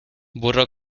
burro